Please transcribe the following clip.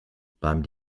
beim